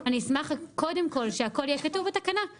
אני אשמח שהכול יהיה מחויב,